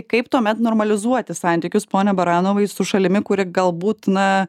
kaip tuomet normalizuoti santykius pone baranovai su šalimi kuri galbūt na